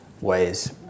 ways